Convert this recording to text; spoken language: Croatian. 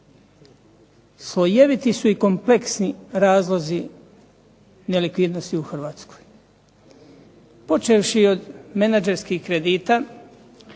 Slojeviti su i kompleksni razlozi nelikvidnosti u Hrvatskoj, počevši od menadžerskih kredita